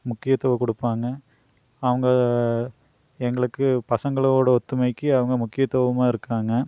முக்கியத்துவம் கொடுப்பாங்க அவங்க எங்களுக்கு பசங்களும் ஓட ஒத்துமைக்கு அவங்க முக்கியத்துவமாக இருக்காங்க